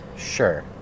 Sure